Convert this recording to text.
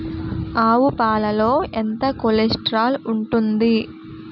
ఆవు పాలలో ఎంత కొలెస్ట్రాల్ ఉంటుంది?